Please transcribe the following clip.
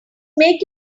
make